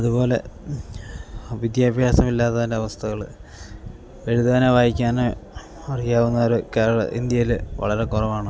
അതുപോലെ വിദ്യാഭ്യാസമില്ലാത്തതിൻ്റെ അവസ്ഥകൾ എഴുതാനോ വായിക്കാനോ അറിയാവുന്നവർ കേരളം ഇന്ത്യയിൽ വളരെ കുറവാണ്